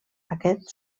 aquest